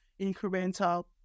incremental